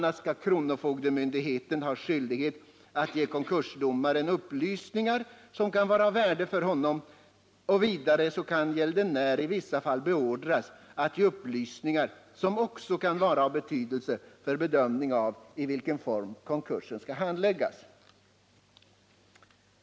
a. skall kronofogdemyndigheterna ha skyldighet att ge konkursdomaren upplysningar som kan vara av värde för honom, och vidare kan gäldenär i vissa fall beordras att ge upplysningar som också kan vara värdefulla för bedömning av i vilken form konkursen skall handläggas.